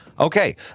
Okay